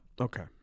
Okay